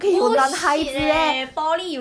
!huh! for six hours